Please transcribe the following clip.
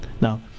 Now